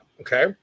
Okay